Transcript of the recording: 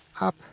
up